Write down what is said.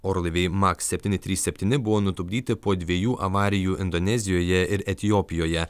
orlaiviai maks septyni trys septyni buvo nutupdyti po dviejų avarijų indonezijoje ir etiopijoje